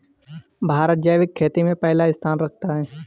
भारत जैविक खेती में पहला स्थान रखता है